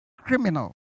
criminal